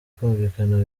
kumvikana